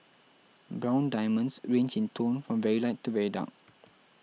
brown diamonds range in tone from very light to very dark